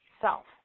self